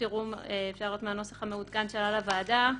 אפשר לראות מהנוסח המעודכן שעלה לוועדה,